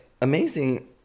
amazing